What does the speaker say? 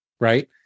right